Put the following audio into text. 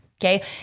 Okay